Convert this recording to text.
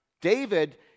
David